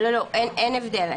אתה צודק, אין לנו שום מילה אחרת.